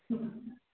हम